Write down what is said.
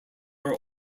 are